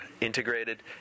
integrated